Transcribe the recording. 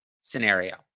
scenario